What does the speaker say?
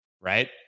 Right